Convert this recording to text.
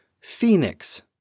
Phoenix